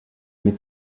mais